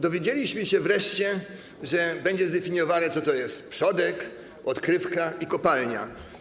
Dowiedzieliśmy się wreszcie, że będzie zdefiniowane, co to jest przodek, odkrywka i kopalnia.